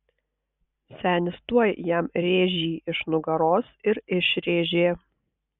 senis tuoj jam rėžį iš nugaros ir išrėžė